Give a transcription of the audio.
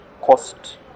cost